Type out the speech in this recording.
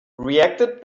reacted